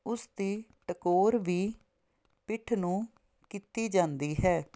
ਉਸ ਦੀ ਟਕੋਰ ਵੀ ਪਿੱਠ ਨੂੰ ਕੀਤੀ ਜਾਂਦੀ ਹੈ